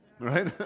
Right